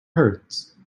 hurts